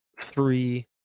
three